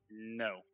No